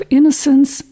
Innocence